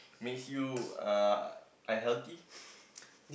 make you uh unhealthy